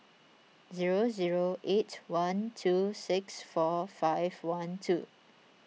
zero zero eight one two six four five one two